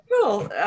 cool